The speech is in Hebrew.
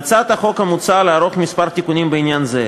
בהצעת החוק מוצע לערוך כמה תיקונים בעניין זה.